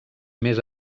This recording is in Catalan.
més